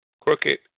crooked